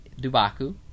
Dubaku